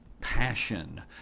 passion